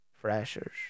freshers